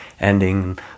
ending